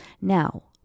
Now